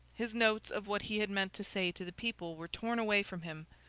his notes of what he had meant to say to the people were torn away from him,